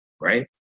right